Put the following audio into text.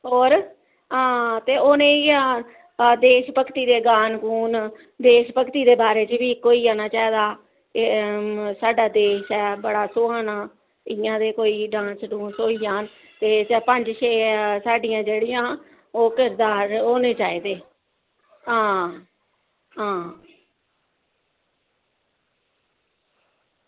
होर हां ते उ'नेंगी हां ते देश भगती दे गान गून देश भगती दे बारे च बी इक होई जाना चाहिदा एह् साढ़ा देश ऐ बड़ा सुहाना इ'यां ते कोई डांस डूंस होई जान ते पंज छे साढ़ी जेह्ड़ियां ओह् करदा ओह् होने चाहिदे न हां हां